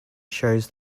shows